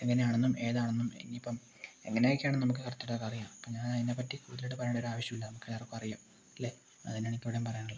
എങ്ങനെ ആണെന്നും ഏതാണെന്നും ഇനീപ്പം എങ്ങനൊക്കെയാണെന്ന് നമുക്ക് കറക്റ്റായിട്ട് അത് അറിയാം അപ്പം ഞാനതിനെപ്പറ്റി കൂടുതലായിട്ട് പറയേണ്ട ഒരു ആവശ്യവുമില്ല നമുക്കെല്ലാവർക്കും അറിയാം അല്ലേ അതാണെനിക്കിപ്പോഴും പറയാനുള്ളത്